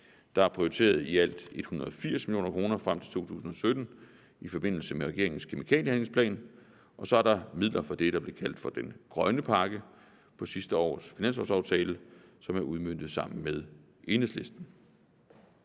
Der er prioriteret i alt 180 mio. kr. frem til 2017 i forbindelse med regeringens kemikaliehandlingsplan, og så er der midler fra det, der blev kaldt for den grønne pakke på sidste års finanslovaftale, som er udmøntet sammen med Enhedslisten.